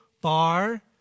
bar